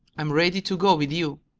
i'm ready to go with you.